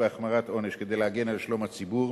בהחמרת העונש כדי להגן על שלום הציבור,